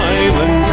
island